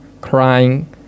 crying